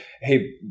hey